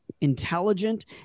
intelligent